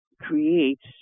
creates